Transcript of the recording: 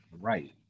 Right